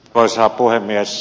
arvoisa puhemies